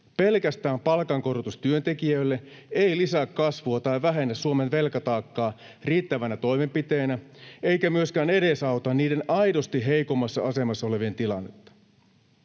Pelkästään palkankorotus työntekijöille ei lisää kasvua tai vähennä Suomen velkataakkaa riittävänä toimenpiteenä eikä myöskään edesauta niiden aidosti heikoimmassa asemassa olevien tilannetta.